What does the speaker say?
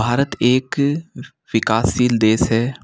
भारत एक विकासशील देश है